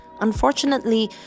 Unfortunately